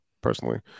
personally